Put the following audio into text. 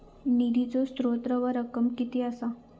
निधीचो स्त्रोत व रक्कम कीती असा?